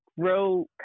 grow